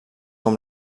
com